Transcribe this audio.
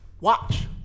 watch